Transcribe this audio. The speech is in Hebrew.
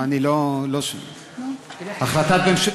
כבוד היושב-ראש,